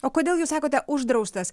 o kodėl jūs sakote uždraustas